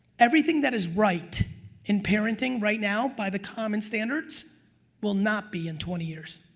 everything that is right in parenting right now by the common standards will not be in twenty years.